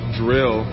drill